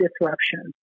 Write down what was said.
disruption